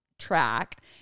track